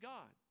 God